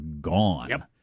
gone